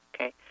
okay